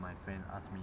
my friend ask me